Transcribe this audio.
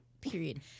Period